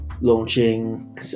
Launching